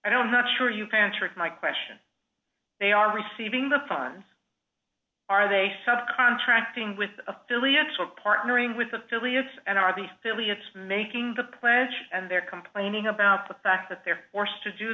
i don't not sure you can trick my question they are receiving the funds are they sub contracting with affiliates or partnering with affiliates and are these silly it's making the pledge and they're complaining about the fact that they're forced to do